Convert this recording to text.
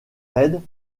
raids